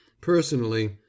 Personally